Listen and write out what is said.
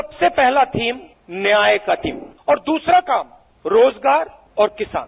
सबसे पहला थीम न्याय का थीम और दूसरा काम रोजगार और किसान